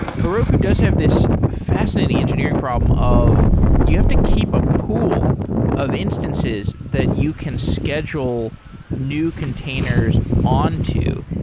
heroku does have this fascinating engineering problem of you have to keep a pool of instances that you can schedule new containers onto.